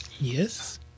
Yes